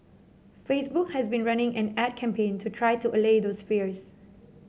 Facebook has been running an ad campaign to try to allay those fears